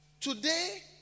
Today